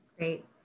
Great